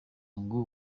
ngo